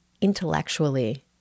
intellectually